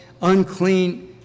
unclean